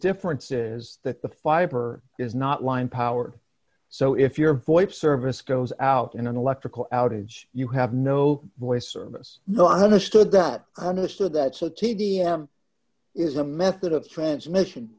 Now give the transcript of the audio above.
difference is that the fiber is not line powered so if your voice service goes out in an electrical outage you have no voice service no i understood that i understood that so t d m is a method of transmission